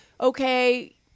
okay